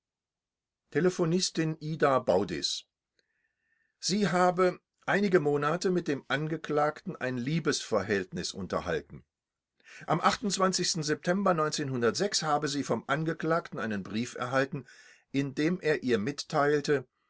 telephonistin ida baudis sie habe einige monate mit dem angeklagten ein liebesverhältnis unterhalten am september habe sie vom angeklagten einen brief erhalten in dem er ihr mitteilte